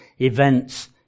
events